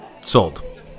Sold